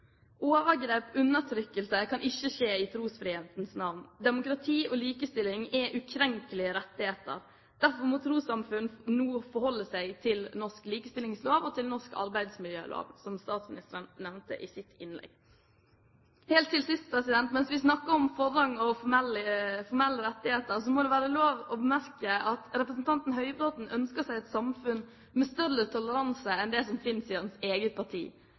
undertrykkelse kan ikke skje i trosfrihetens navn. Demokrati og likestilling er ukrenkelige rettigheter. Derfor må trossamfunn forholde seg til norsk likestillingslov og til norsk arbeidsmiljølov, som statsministeren nevnte i sitt innlegg. Helt til sist, mens vi snakker om forrang og formelle rettigheter, må det være lov å bemerke at representanten Høybråten ønsker seg et samfunn med større toleranse enn det som finnes i hans eget parti.